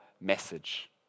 message